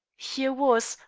here was,